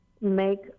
make